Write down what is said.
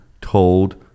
told